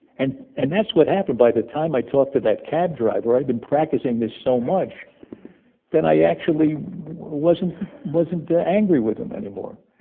and and that's what happened. by the time i talked to that cab driver, i'd been practicing this so much that i actually wasn't wasn't angry with him anymore